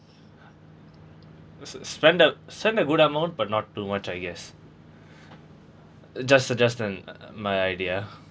s~ spend a spend a good amount but not too much I guess just a just a err my idea